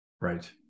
Right